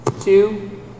two